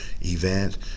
event